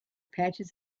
patches